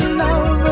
love